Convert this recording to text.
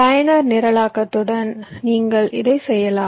பயனர் நிரலாக்கத்துடன் நீங்கள் இதைச் செய்யலாம்